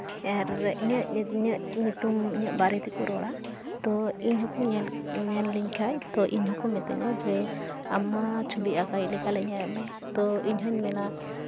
ᱟᱨ ᱤᱧᱟᱹᱜ ᱤᱧᱟᱹᱜ ᱧᱩᱛᱩᱢ ᱤᱧᱟᱹᱜ ᱵᱟᱨᱮᱛᱮᱠᱚ ᱨᱚᱲᱟ ᱛᱳ ᱤᱧ ᱦᱚᱸᱠᱚ ᱧᱮᱞ ᱞᱤᱧ ᱠᱷᱟᱡ ᱛᱳ ᱤᱧ ᱦᱚᱸᱠᱚ ᱢᱤᱛᱤᱧᱟ ᱡᱮ ᱟᱢᱼᱢᱟ ᱪᱷᱚᱵᱤ ᱟᱸᱠᱟᱣᱤᱡ ᱞᱮᱠᱟᱞᱮ ᱧᱮᱞ ᱮᱫ ᱢᱮ ᱛᱳ ᱤᱧᱦᱚᱸᱧ ᱢᱮᱱᱟ